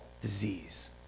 disease